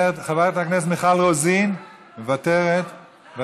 חברת הכנסת מיכל רוזין, מוותרת?